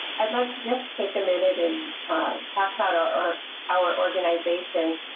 i'd like to just take a minute and talk about our our organization,